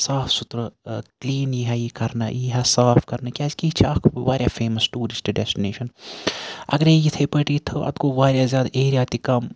صاف سُترٕ کٕلیٖن یی ہا یہِ کَرنہٕ یی ہا صاف کَرنہٕ کیازِ کہِ یہِ چھ اکھ واریاہ فیمَس ٹورسٹ ڈیٚسٹِنیشَن اَگَرَے یِتھے پٲٹھۍ یہِ تھٲو اتھ گوٚۄ واریاہ زیادٕ ایریا تہِ کم